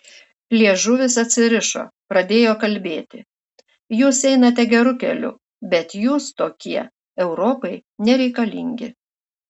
liežuvis atsirišo pradėjo kalbėti jūs einate geru keliu bet jūs tokie europai nereikalingi